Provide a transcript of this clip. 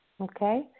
Okay